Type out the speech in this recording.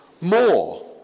more